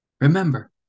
remember